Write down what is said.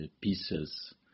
pieces